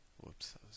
whoops